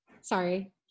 sorry